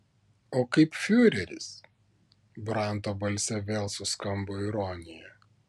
o kaip fiureris branto balse vėl suskambo ironija